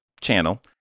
channel